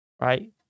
right